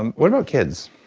and what about kids?